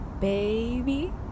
Baby